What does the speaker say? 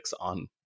on